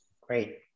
Great